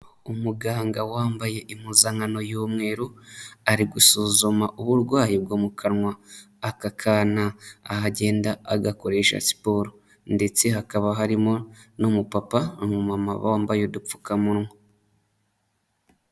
Umuganga wambaye impuzankano y'umweru, ari gusuzuma uburwayi bwo mu kanwa aka kana, aho agenda agakoresha siporo, ndetse hakaba harimo n'umupapa n'umumama wambaye udupfukamunwa.